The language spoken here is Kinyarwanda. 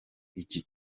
iki